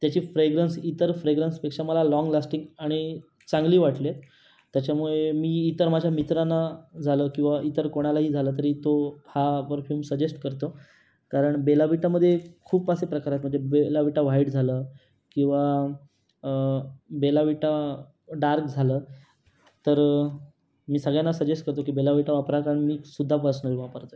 त्याची फ्रेग्रन्स इतर फ्रेग्रन्स पेक्षा मला लाँग लास्टिक आणि चांगली वाटली आहे त्याच्यामुळे मी इतर माझ्या मित्रांना झालं किंवा इतर कोणालाही झालं तरी तो हा परफ्युम सजेस्ट करतो कारण बेला विटामध्ये खूप असे प्रकार आहेत मजे बेला विटा व्हाइट झालं किंवा बेला विटा डार्क झालं तर मी सगळ्यांना सजेस्ट करतो की बेला विटा वापरा कारण मी सुद्धा पर्सनली वापरतो आहे